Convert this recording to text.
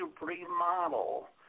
remodel